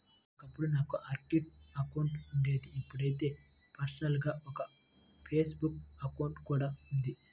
ఒకప్పుడు నాకు Orkut account ఉండేది ఇప్పుడైతే పర్సనల్ గా ఒక ఫేస్ బుక్ అకౌంట్ కూడా ఉంది